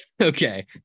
Okay